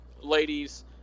ladies